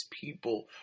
people